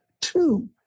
two